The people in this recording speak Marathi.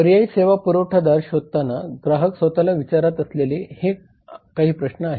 पर्यायी सेवा पुरवठादार शोधताना ग्राहक स्वतःला विचारत असलेले हे काही प्रश्न आहेत